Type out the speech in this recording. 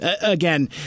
again